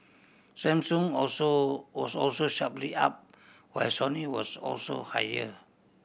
Samsung also was also sharply up while Sony was also higher